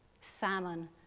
salmon